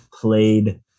played